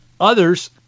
Others